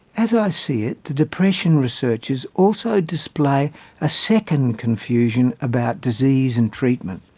as i see it, the depression researchers also display a second confusion about disease and treatment.